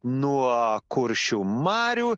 nuo kuršių marių